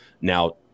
Now